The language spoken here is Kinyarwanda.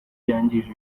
yangije